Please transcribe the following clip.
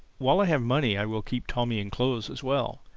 while i have money i will keep tommy in clothes as well.